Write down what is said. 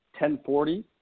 1040